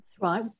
Right